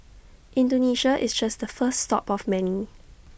Indonesia is just the first stop of many